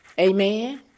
Amen